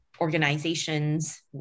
organizations